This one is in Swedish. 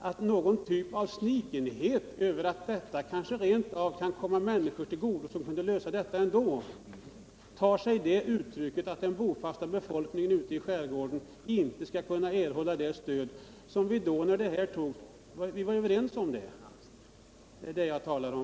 Att resonera så innebär något slags snikenhet som får till följd att den bofasta befolkningen ute i skärgården inte kan erhålla det stöd som vi tidigare varit överens om.